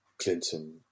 Clinton